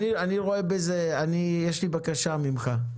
יש לי בקשה אליך,